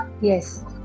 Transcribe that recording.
Yes